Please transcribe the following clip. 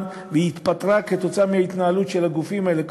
והתפטרה בגלל ההתנהלות של הגופים האלה,